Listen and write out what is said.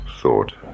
thought